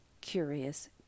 curious